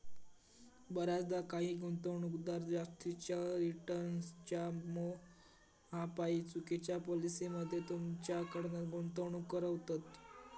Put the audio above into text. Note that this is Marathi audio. बऱ्याचदा काही गुंतवणूकदार जास्तीच्या रिटर्न्सच्या मोहापायी चुकिच्या पॉलिसी मध्ये तुमच्याकडना गुंतवणूक करवतत